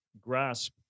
grasp